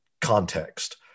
context